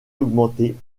augmentée